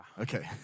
Okay